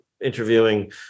interviewing